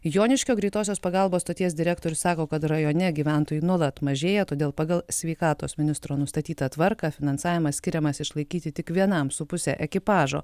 joniškio greitosios pagalbos stoties direktorius sako kad rajone gyventojų nuolat mažėja todėl pagal sveikatos ministro nustatytą tvarką finansavimas skiriamas išlaikyti tik vienam su puse ekipažo